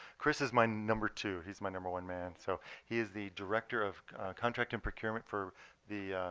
chris is my number two. he's my number one man. so he is the director of contract and procurement for the